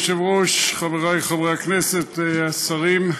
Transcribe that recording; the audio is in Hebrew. אדוני היושב-ראש, חבריי חברי הכנסת, השרים,